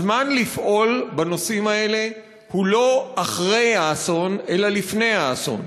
הזמן לפעול בנושאים האלה הוא לא אחרי האסון אלא לפני האסון.